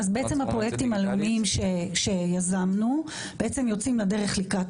אז הפרויקטים הלאומיים שיזמנו יוצאים לדרך לקראת